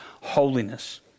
holiness